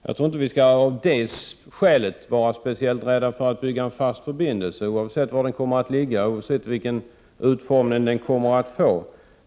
Jag tror inte att vi av det skälet skall vara speciellt rädda för att bygga en fast förbindelse, oavsett var den kommer att ligga och oavsett vilken utformning den kommer att få.